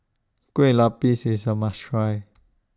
Kueh Lupis IS A must Try